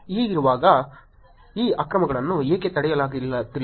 ಹೀಗಿರುವಾಗ ಈ ಅಕ್ರಮಗಳನ್ನು ಏಕೆ ತಡೆಯಲಾಗುತ್ತಿಲ್ಲ